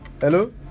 Hello